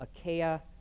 Achaia